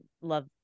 love